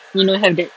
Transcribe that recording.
you know have that